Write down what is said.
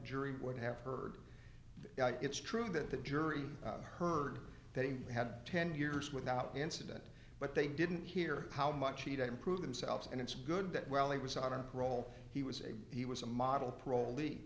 jury would have heard it's true that the jury heard that he had ten years without incident but they didn't hear how much he to improve themselves and it's good that while he was out on parole he was a he was a model parolee